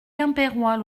quimpérois